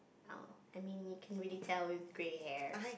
oh I mean you can really tell with grey hair